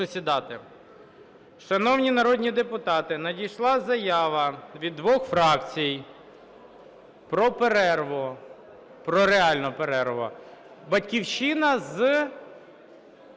сідати. Шановні народні депутати, надійшла заява від двох фракцій про перерву, про реальну перерву: "Батьківщина" з…